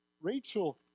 Rachel